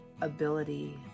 ability